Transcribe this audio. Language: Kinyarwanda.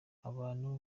abantu